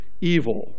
evil